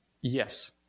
Yes